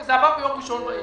זה עבר ביום ראשון בערב.